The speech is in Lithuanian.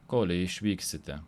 kolei išvyksite